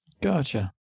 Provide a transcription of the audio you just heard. Gotcha